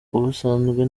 ubusanzwe